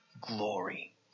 Glory